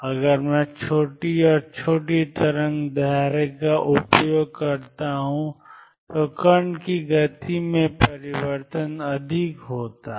अगर मैं छोटी और छोटी तरंग दैर्ध्य का उपयोग करता हूं तो कण की गति में परिवर्तन अधिक होता है